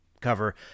cover